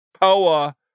POA